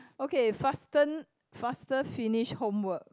okay fasten faster finish homework